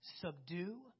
subdue